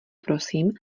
prosím